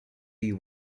you